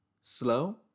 Slow